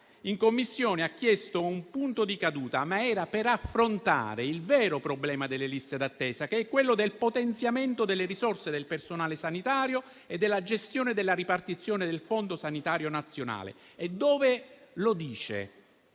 in Commissione ha chiesto un punto di caduta per affrontare il vero problema delle liste d'attesa, che è quello del potenziamento delle risorse del personale sanitario e della gestione della ripartizione del Fondo sanitario nazionale. Dove lo dice?